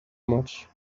much